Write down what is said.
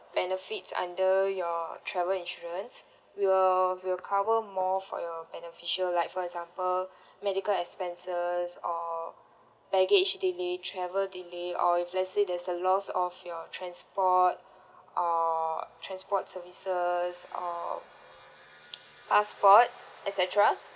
benefits under your travel insurance we will we'll cover more for your beneficial like for example medical expenses or baggage delay travel delay or if let's say there's a loss of your transport or transport services uh passport et cetera